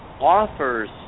offers